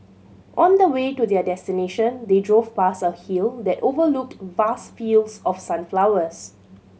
on the way to their destination they drove past a hill that overlooked vast fields of sunflowers